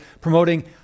promoting